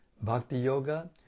Bhakti-yoga